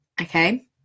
okay